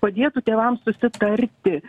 padėtų tėvams susitarti